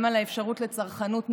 גם על האפשרות לצרכנות נבונה,